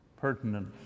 pertinent